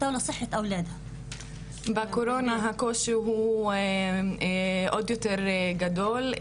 בקורונה הקושי הוא עוד יותר גדול,